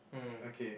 okay